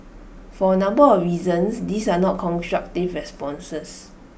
for A number of reasons these are not constructive responses